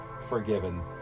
forgiven